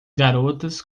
garotas